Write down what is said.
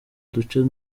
duce